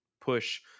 push